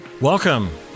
Welcome